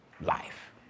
life